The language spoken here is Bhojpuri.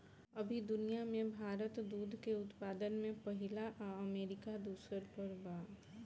अभी दुनिया में भारत दूध के उत्पादन में पहिला आ अमरीका दूसर पर बा